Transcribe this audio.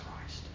Christ